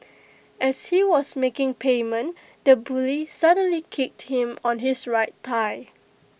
as he was making payment the bully suddenly kicked him on his right thigh